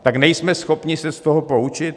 Tak nejsme schopni se z toho poučit?